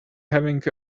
having